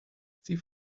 sie